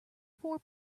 four